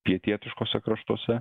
pietietiškuose kraštuose